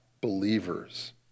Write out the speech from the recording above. believers